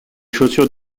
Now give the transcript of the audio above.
chaussures